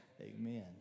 Amen